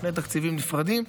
שני תקציבים נפרדים.